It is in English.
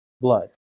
blood